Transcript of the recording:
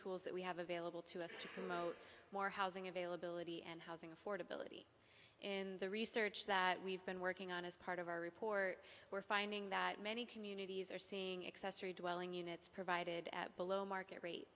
tools that we have available to us to promote more housing availability and housing affordability in the research that we've been working on as part of our report we're finding that many communities are seeing accessory dwelling units provided at below market rate